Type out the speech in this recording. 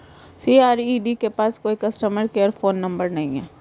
CRED के पास कोई कस्टमर केयर फोन नंबर नहीं है